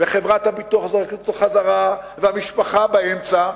וחברת הביטוח זורקת אותו חזרה והמשפחה באמצע,